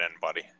buddy